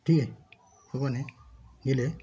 ঠিক আছে ওখানে গেলে